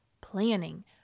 planning